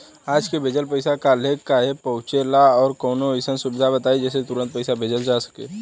आज के भेजल पैसा कालहे काहे पहुचेला और कौनों अइसन सुविधा बताई जेसे तुरंते पैसा भेजल जा सके?